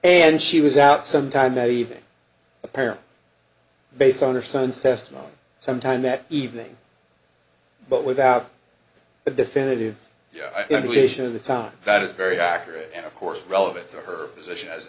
and she was out sometime that evening a pair based on her son's testimony sometime that evening but without a definitive yes i do wish of the time that is very accurate and of course relevant to her position as